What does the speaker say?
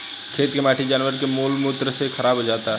खेत के माटी जानवर के मल मूत्र से खराब हो जाला